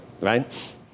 Right